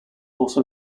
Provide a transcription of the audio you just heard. also